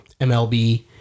MLB